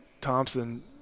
Thompson